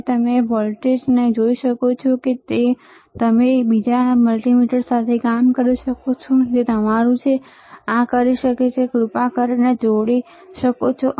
અને તમે વોલ્ટેજ જોઈ શકો છો તે જ રીતે તમે બીજા મલ્ટિમીટર સાથે કરી શકો છો જે તમારું છે આ કરી શકે છે તમે કૃપા કરીને તેને જોડી શકો છો